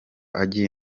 agiye